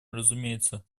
разумеется